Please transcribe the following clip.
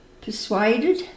persuaded